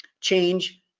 change